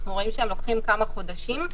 אנחנו רואים שהם לוקחים כמה חודשים.